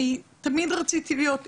אני תמיד רציתי להיות אמא,